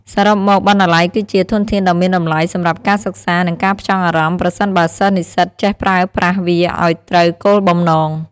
សរុបមក បណ្ណាល័យគឺជា ធនធានដ៏មានតម្លៃ សម្រាប់ការសិក្សា និងការផ្ចង់អារម្មណ៍ ប្រសិនបើសិស្សនិស្សិតចេះប្រើប្រាស់វាឲ្យត្រូវគោលបំណង។